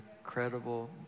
incredible